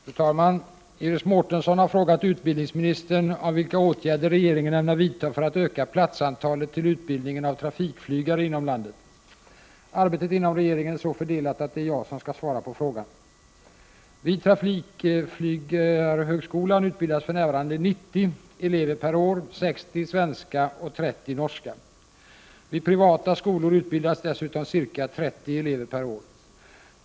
Fru talman! Iris Mårtensson har frågat utbildningsministern om vilka åtgärder regeringen ämnar vidta för att öka platsantalet till utbildningen av trafikflygare inom landet. Arbetet inom regeringen är så fördelat att det är jag som skall svara på frågan. Vid trafikflygarhögskolan utbildas för närvarande 90 elever per år, 60 svenska och 30 norska. Vid privata skolor utbildas dessutom ca 30 elever per år.